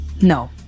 no